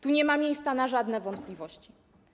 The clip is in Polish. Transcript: Tu nie ma miejsca na żadne wątpliwości.